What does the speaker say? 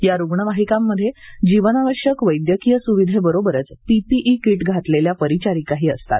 या रुग्णवाहिकांमध्ये जीवनावश्यक वैद्यकीय सुविधेबरोबरच पीपीई किट घातलेल्या परिचारिकांही असतात